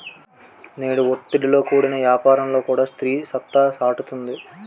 నేడు ఒత్తిడితో కూడిన యాపారంలో కూడా స్త్రీ సత్తా సాటుతుంది